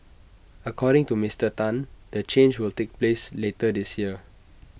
according to Mister Tan the change will take place later this year